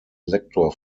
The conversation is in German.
lektor